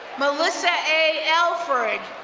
melissa a. alfred,